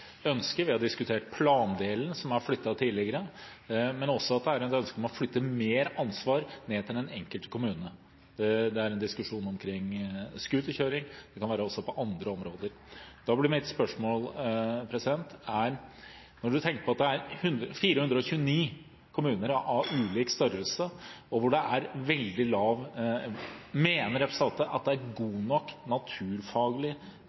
– vi har diskutert plandelen, som har flyttet tidligere – om å flytte mer ansvar ned til den enkelte kommune. Det er en diskusjon omkring scooterkjøring. Det kan være også på andre områder. Da blir mitt spørsmål: Når man tenker på at det er 429 kommuner av ulik størrelse, mener representanten at det er